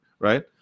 right